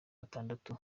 batandatu